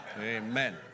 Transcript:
Amen